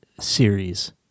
series